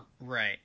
Right